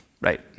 right